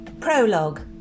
prologue